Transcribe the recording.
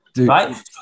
Right